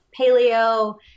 paleo